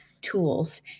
tools